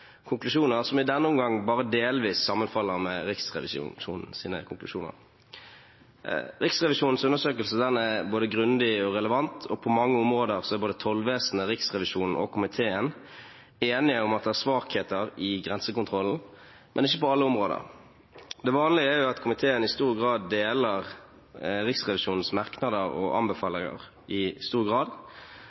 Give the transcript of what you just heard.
konklusjoner, som i denne omgang bare delvis sammenfaller med Riksrevisjonens konklusjoner. Riksrevisjonens undersøkelse er både grundig og relevant, og på mange områder er både tollvesenet, Riksrevisjonen og komiteen enige om at det er svakheter i grensekontrollen, men ikke på alle områder. Det vanlige er at komiteen i stor grad deler Riksrevisjonens merknader og anbefalinger, men jeg tror det er en stor